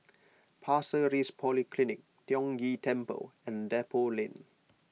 Pasir Ris Polyclinic Tiong Ghee Temple and Depot Lane